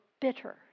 bitter